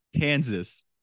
Kansas